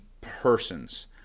persons